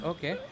Okay